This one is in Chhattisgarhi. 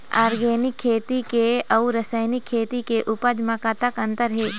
ऑर्गेनिक खेती के अउ रासायनिक खेती के उपज म कतक अंतर हे?